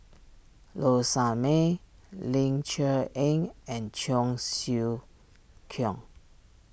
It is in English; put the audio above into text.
Low Sanmay Ling Cher Eng and Cheong Siew Keong